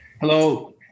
Hello